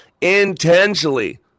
intentionally